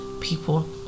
people